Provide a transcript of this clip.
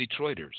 Detroiters